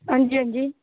अंजी अंजी